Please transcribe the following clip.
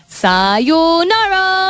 sayonara